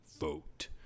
vote